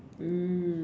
mm